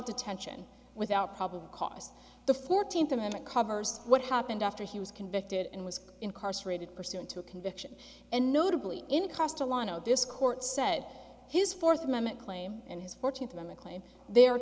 detention without probable cause the fourteenth amendment covers what happened after he was convicted and was incarcerated pursuant to a conviction and notably in cost a lot of this court said his fourth amendment claim and his fortune to mclean the